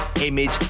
image